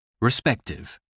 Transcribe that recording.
Respective